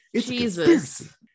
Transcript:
Jesus